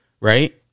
right